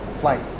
flight